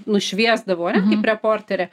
nušviesdavau ane kaip reporterė